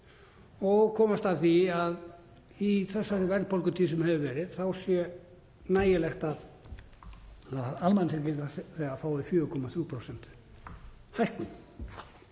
og komast að því að í þessari verðbólgutíð sem hefur verið sé nægilegt að almannatryggingaþegar fái 4,3% hækkun.